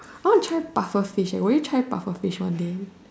I want try pufferfish would you try pufferfish one day